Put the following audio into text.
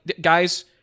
guys